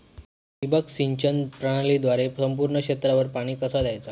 ठिबक सिंचन प्रणालीद्वारे संपूर्ण क्षेत्रावर पाणी कसा दयाचा?